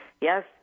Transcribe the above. yes